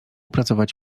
pracować